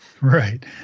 Right